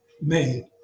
made